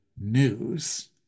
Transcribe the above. news